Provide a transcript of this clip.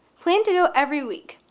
plan to go every week.